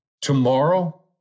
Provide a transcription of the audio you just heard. Tomorrow